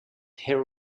her